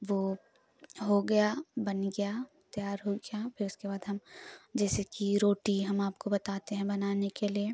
वो हो गया बन गया तैयार हो गया फिर उसके बाद हम जैसे कि रोटी हम आपको बताते हैं बनाने के लिए